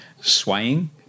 swaying